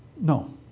No